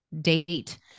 date